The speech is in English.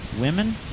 women